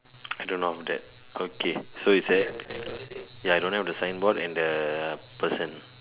I don't know after that okay so is there ya I don't have the signboard and the person